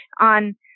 on